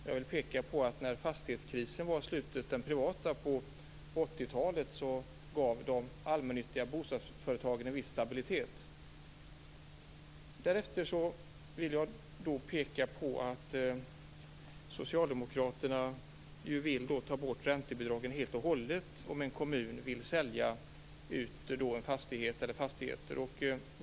Jag vill peka på att när den privata fastighetskrisen var i slutet på 80-talet gav de allmännyttiga bostadsföretagen en viss stabilitet. Socialdemokraterna vill ta bort räntebidragen helt och hållet om en kommun vill sälja ut fastigheter.